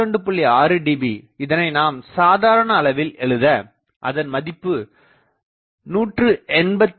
6 dB இதனை நாம் சாதாரண அளவில் எழுத அதன் மதிப்பு 181